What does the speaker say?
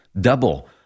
double